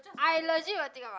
i legit will will think about it